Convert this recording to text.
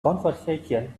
conversation